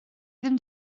ddim